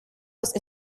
los